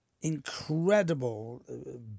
incredible